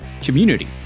community